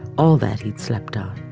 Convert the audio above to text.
all that he'd slept on.